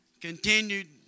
continued